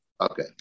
Okay